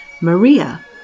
Maria